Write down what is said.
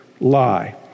lie